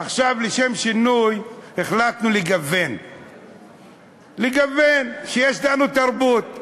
עכשיו לשם שינוי החלטנו לגוון יש לנו תרבות.